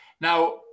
Now